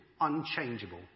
unchangeable